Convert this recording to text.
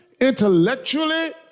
intellectually